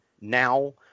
now